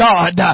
God